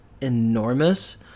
enormous